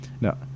No